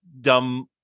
dumb